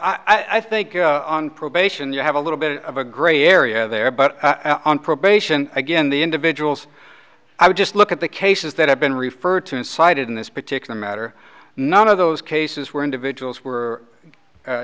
i think on probation you have a little bit of a gray area there but i don't probation again the individuals i would just look at the cases that i've been referred to and cited in this particular matter none of those cases where individuals were